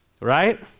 Right